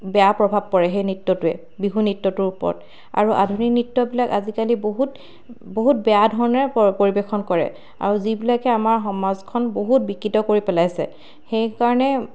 বেয়া প্ৰভাৱ পৰে সেই নৃত্যটোৱে বিহু নৃত্যটোৰ ওপৰত আৰু আধুনিক নৃত্যবিলাক আজিকালি বহুত বহুত বেয়া ধৰণে প পৰিৱেশন কৰে আৰু যিবিলাকে আমাৰ সমাজখন বহুত বিকৃত কৰি পেলাইছে সেইকাৰণে